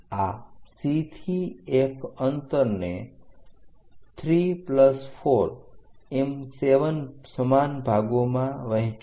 આ C થી F અંતરને 3 4 એમ 7 સમાન ભાગોમાં વહેચો